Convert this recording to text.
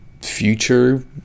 future